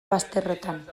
bazterrotan